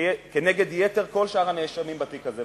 כנגד כל שאר הנאשמים בתיק הזה,